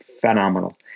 phenomenal